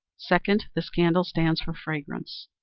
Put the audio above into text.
second, this candle stands for fragrance.